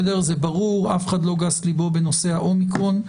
זה ברור ואף אחד לא גס לבו בנושא ה-אומיקרון.